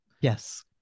Yes